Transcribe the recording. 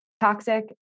toxic